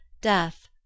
death